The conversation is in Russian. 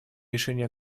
решение